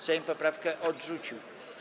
Sejm poprawkę odrzucił.